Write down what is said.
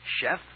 Chef